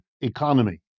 economy